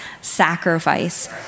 sacrifice